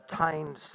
attained